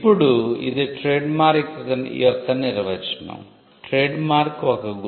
ఇప్పుడు ఇది ట్రేడ్మార్క్ యొక్క నిర్వచనం "ట్రేడ్మార్క్ ఒక గుర్తు